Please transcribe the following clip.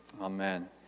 Amen